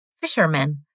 fishermen